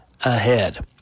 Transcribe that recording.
ahead